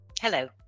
Hello